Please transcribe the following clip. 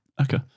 Okay